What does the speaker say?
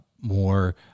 more